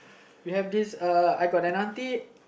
we have this uh I got an auntie